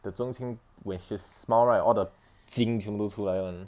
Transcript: that 桂琴 when she smile right all the 金全部都出来 [one]